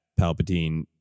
Palpatine